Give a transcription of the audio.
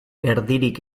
erdirik